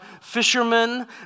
fishermen